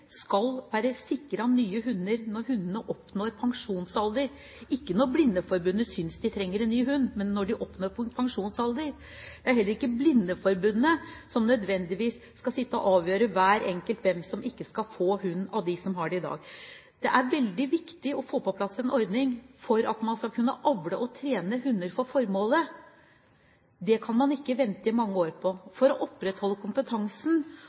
skal være sikret nye hunder når hundene oppnår pensjonsalder – ikke når Blindeforbundet synes de trenger en ny hund, men når hundene oppnår pensjonsalder. Det er heller ikke Blindeforbundet som nødvendigvis skal sitte og avgjøre hver enkelt – hvem som ikke skal få hund, av dem som har det i dag. Det er veldig viktig å få på plass en ordning for at man skal kunne avle og trene hunder for formålet. Det kan man ikke vente i mange år på, for å opprettholde kompetansen